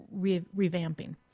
revamping